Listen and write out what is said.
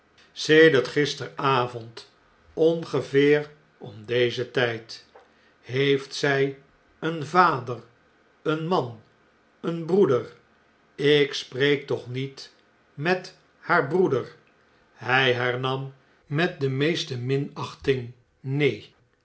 sedert gisteravond ongeveer om dezen tjjd heeft zij een vader een man een broeder ik spreek toch niet met haar broeder hy hernam met de meeste minachting neen